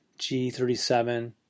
G37